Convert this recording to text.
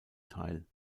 teil